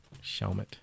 Shelmet